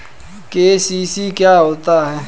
KCC क्या होता है?